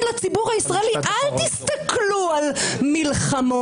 לציבור הישראלי: אל תסתכלו על מלחמות,